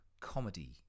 comedy